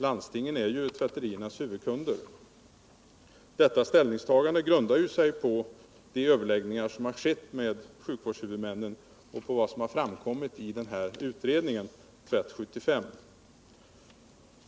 Landstingen är ju tvätteriernas huvudkunder. Detta ställningstagande grundar sig på de överläggningar som har skett med sjukvårdshuvudmännen och på vad som har framkommit i utredningen Tvätt-75.